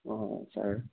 অঁ চাৰ